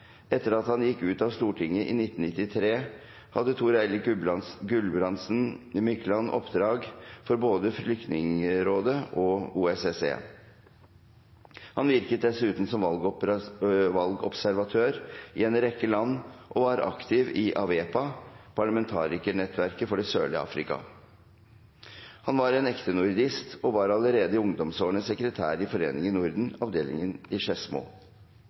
Etter at han gikk ut av Stortinget i 1993, hadde Thor-Eirik Gulbrandsen Mykland oppdrag for både Flyktningrådet og OSSE. Han virket dessuten som valgobservatør i en rekke land og var aktiv i AWEPA, parlamentarikernettverket for det sørlige Afrika. Han var en ekte nordist og var allerede i ungdomsårene sekretær i Foreningen Norden, avdeling Skedsmo. Thor-Eirik Gulbrandsen Mykland deltok i det politiske liv i